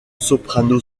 soprano